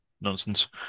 nonsense